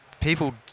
people